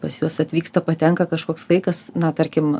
pas juos atvyksta patenka kažkoks vaikas na tarkim